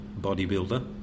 bodybuilder